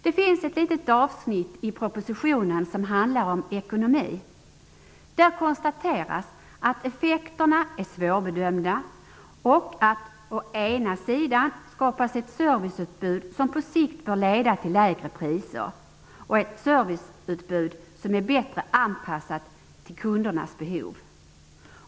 Det finns ett litet avsnitt i propositionen som handlar om ekonomi. Där konstateras att effekterna är svårbedömda och att det å ena sidan skapas ett serviceutbud som på sikt bör leda till lägre priser och ett serviceutbud som är bättre anpassat till kundernas behov.